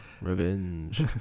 revenge